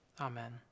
amen